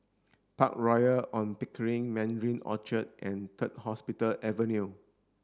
Park Royal On Pickering Mandarin Orchard and Third Hospital Avenue